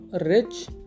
Rich